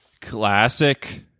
Classic